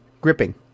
gripping